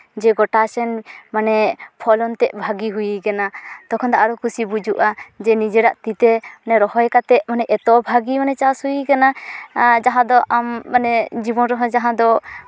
ᱡᱮ ᱜᱳᱴᱟᱥᱮᱱ ᱢᱟᱱᱮ ᱯᱷᱚᱞᱚᱱ ᱛᱮᱫ ᱵᱷᱟᱜᱮ ᱦᱩᱭ ᱠᱟᱱᱟ ᱛᱚᱠᱷᱚᱱᱫᱚ ᱟᱨᱚ ᱠᱩᱥᱤ ᱵᱩᱡᱩᱜᱼᱟ ᱡᱮ ᱱᱤᱡᱮᱨᱟᱜ ᱛᱤᱛᱮ ᱨᱦᱚᱭ ᱠᱟᱛᱮᱜ ᱢᱟᱱᱮ ᱮᱛᱚ ᱵᱷᱟᱜᱮ ᱪᱟᱥ ᱦᱩᱭ ᱠᱟᱱᱟ ᱡᱟᱦᱟᱸ ᱫᱚ ᱟᱢ ᱡᱤᱵᱚᱱ ᱨᱮᱦᱚᱸ ᱡᱟᱦᱟᱸ ᱫᱚ